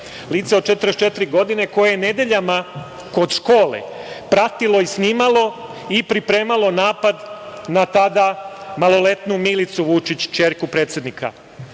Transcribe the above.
Lice od 44 godine koje je nedeljama kod škole pratilo i snimalo i pripremalo napad na tada maloletnu Milicu Vučić, ćerku predsednika.